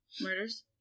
murders